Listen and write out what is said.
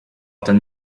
ten